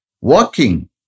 Walking